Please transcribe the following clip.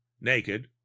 naked